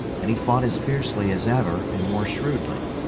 and he fought as fiercely as ever and more shrewdly.